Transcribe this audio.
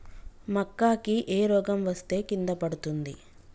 మక్కా కి ఏ రోగం వస్తే కింద పడుతుంది?